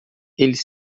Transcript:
eles